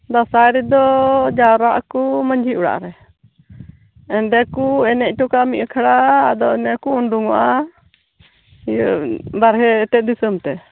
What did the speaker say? ᱫᱚᱥᱟᱨ ᱨᱮᱫᱚ ᱡᱟᱣᱨᱟ ᱟᱠᱚ ᱢᱟᱹᱡᱷᱤ ᱚᱲᱟᱜᱨᱮ ᱚᱸᱰᱮ ᱠᱚ ᱮᱱᱮᱡ ᱦᱚᱴᱚᱠᱟᱜᱼᱟ ᱢᱤᱫ ᱟᱠᱷᱲᱟ ᱟᱫᱚ ᱚᱱᱮ ᱠᱚ ᱩᱰᱩᱝᱚᱜᱼᱟ ᱤᱭᱟᱹ ᱵᱟᱨᱦᱮ ᱮᱱᱛᱮᱫ ᱫᱤᱥᱟᱹᱢ ᱛᱮ